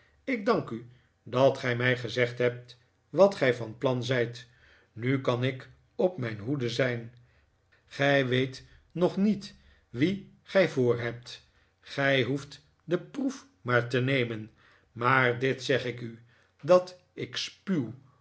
ik dank u dat gij mij gezegd hebt wat gij van plan zijt nu kan ik op mijn hoede zijn gij weet nog niet wien gij voorhebt gij hoeft de proef maar te nemen maar dit zeg ik u dat ik spuw